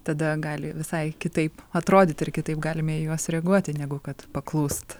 tada gali visai kitaip atrodyt ir kitaip galime į juos reaguoti negu kad paklust